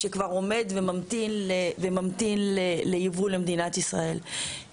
שכבר עומד וממתין לייבוא למדינת ישראל.